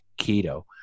keto